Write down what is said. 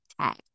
tag